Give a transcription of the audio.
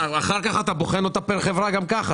אחר כך אתה בוחן אותה פר חברה גם כך.